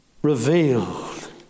revealed